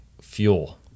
fuel